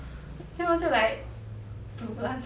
then also like dulan